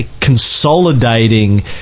consolidating